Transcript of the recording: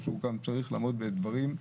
אז הוא צריך לעמוד בדברים.